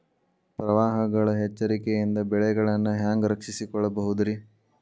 ಪ್ರವಾಹಗಳ ಎಚ್ಚರಿಕೆಯಿಂದ ಬೆಳೆಗಳನ್ನ ಹ್ಯಾಂಗ ರಕ್ಷಿಸಿಕೊಳ್ಳಬಹುದುರೇ?